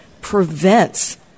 prevents